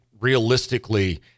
realistically